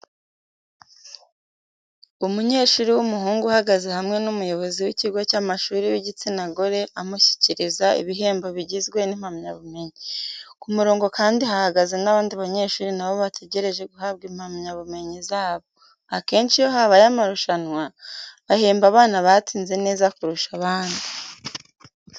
Umunyeshuri w'umuhungu uhagaze hamwe n'umuyobozi w'ikigo cy'amashuri w'igitsina gore, amushyikiriza ibihembo bigizwe n'impamyabumenyi. Ku murongo kandi hahagaze n'abandi banyeshuri na bo bategereje guhabwa impamyabumenyi zabo. Akenshi iyo habaye amarushanwa bahemba abana batsinze neza kurusha abandi.